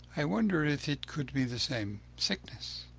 i wonder if it could be the same sickness.